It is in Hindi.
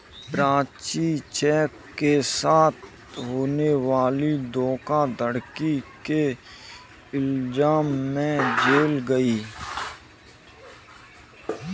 प्राची चेक के साथ होने वाली धोखाधड़ी के इल्जाम में जेल गई